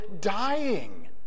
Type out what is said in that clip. dying